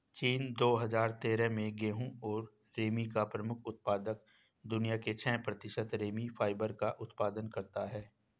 चीन, दो हजार तेरह में गेहूं और रेमी का प्रमुख उत्पादक, दुनिया के छह प्रतिशत रेमी फाइबर का उत्पादन करता है